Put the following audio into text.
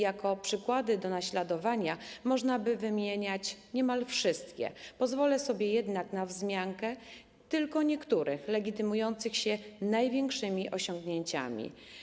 Jako przykłady do naśladowania można by wymieniać niemal wszystkie, pozwolę sobie jednak na wzmiankę dotyczącą tylko niektórych, legitymujących się największymi osiągnięciami.